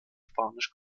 spanisch